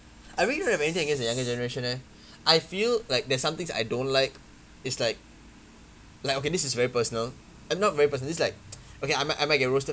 I really don't have anything against the younger generation leh I feel like there's some things that I don't like is like like okay this is very personal I mean not very personal it's like okay I might I might get roasted